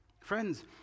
Friends